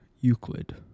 Euclid